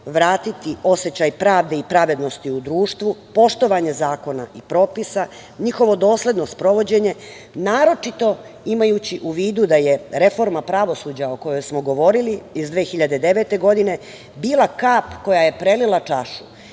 vratiti osećaj pravde i pravednosti u društvu poštovanja zakona i propisa, njihovo dosledno sprovođenje naročito imajući u vidu da je reforma pravosuđa o kojoj smo govorili iz 2009. godine, bila kap koja je prelila čašu